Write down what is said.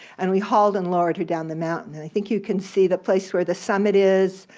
and we hauled and lowered her down the mountain. and i think you can see the place where the summit is,